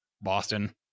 Boston